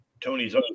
Tony's